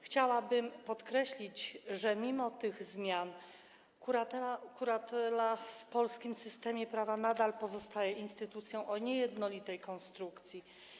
Chciałabym podkreślić, że mimo tych zmian kuratela w polskim systemie prawa nadal pozostaje instytucją o niejednolitej konstrukcji.